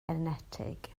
enetig